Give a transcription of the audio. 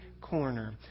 corner